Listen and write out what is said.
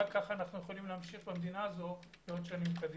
אנו יכולים להמשיך במדינה הזו שנים קדימה.